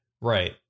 Right